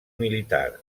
militar